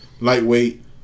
lightweight